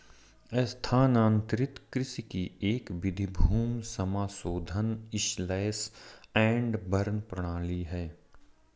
स्थानांतरित कृषि की एक विधि भूमि समाशोधन स्लैश एंड बर्न प्रणाली है